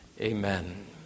Amen